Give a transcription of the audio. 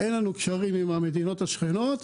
אין לנו קשרים עם המדינות השכנות,